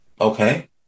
Okay